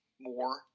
more